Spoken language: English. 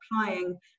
applying